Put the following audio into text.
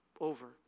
over